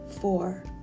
four